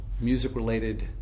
music-related